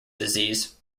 disease